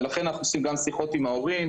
ולכן אנחנו עושים גם שיחות עם ההורים,